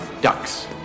ducks